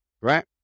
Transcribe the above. Right